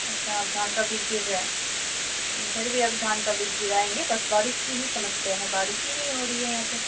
अच्छा अब धान का बीज गिर रहा है जी इधर भी अब धान का बीज गिराएँगे बस बारिश की ही समस्या है बारिश ही नहीं हो रही यहाँ पर